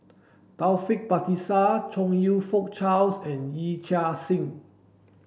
Taufik Batisah Chong You Fook Charles and Yee Chia Hsing